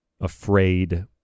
afraid